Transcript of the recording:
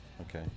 Okay